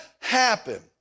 happen